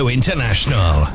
International